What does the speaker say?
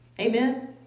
amen